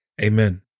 Amen